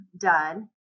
done